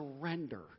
surrender